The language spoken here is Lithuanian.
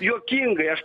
juokingai aš